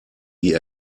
die